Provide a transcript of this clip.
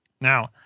Now